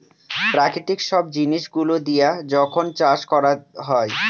প্রাকৃতিক সব জিনিস গুলো দিয়া যখন চাষ করা হয়